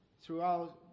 throughout